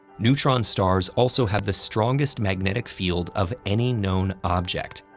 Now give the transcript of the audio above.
neutron stars also have the strongest magnetic field of any known object.